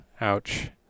ouch